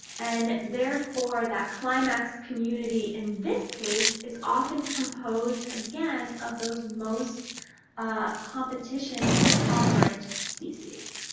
and, therefore, that climax community in this case is often composed again of those most ah competition tolerant species.